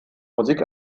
musik